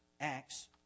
Acts